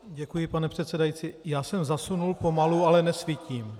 Děkuji, pane předsedající, já jsem zasunul pomalu, ale nesvítím.